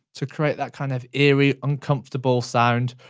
to create that kind of eerie, uncomfortable sound,